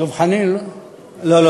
דב חנין, לא?